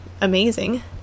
amazing